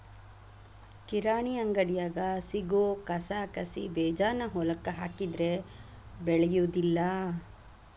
ಕಿರಾಣಿ ಅಂಗಡ್ಯಾಗ ಸಿಗು ಕಸಕಸಿಬೇಜಾನ ಹೊಲಕ್ಕ ಹಾಕಿದ್ರ ಬೆಳಿಯುದಿಲ್ಲಾ